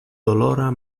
dolora